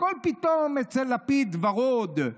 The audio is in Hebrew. הכול פתאום אצל לפיד ורוד,